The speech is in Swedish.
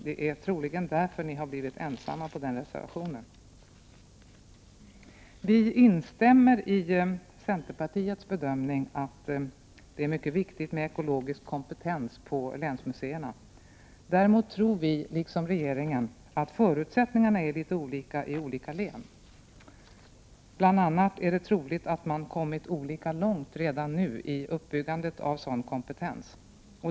Det är troligen därför ni blivit ensamma om den reservationen. Vi instämmer i centerpartiets bedömning att det är mycket viktigt med ekologisk kompetens på länsmuseerna. Däremot tror vi liksom regeringen att förutsättningarna är olika i olika län. Bl.a. är det troligt att man kommit 109 olika långt redan nu i uppbyggandet av sådan kompetens.